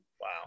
Wow